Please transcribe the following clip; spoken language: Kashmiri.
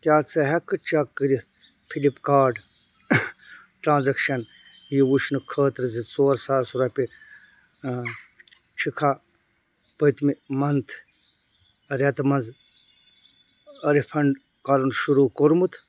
کیٛاہ ژٕ ہیٚکہٕ کھہٕ چیٚک کٔرِتھ فٕلِپ کارٹ ٹرٛانٛزَکشن یہِ وُچھنہٕ خٲطرٕ زِ ژور ساس رۄپیہِ ٲں چھِکھا پٔتمہِ مَنتھہٕ ریٚتہٕ منٛز ٲں رِفنٛڈ کرُن شروٗع کوٚرمُت